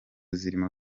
zirimo